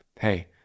hey